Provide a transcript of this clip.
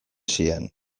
ziren